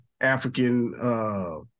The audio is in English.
African